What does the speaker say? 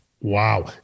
Wow